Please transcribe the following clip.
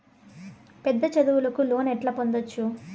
పెద్ద చదువులకు లోను ఎట్లా పొందొచ్చు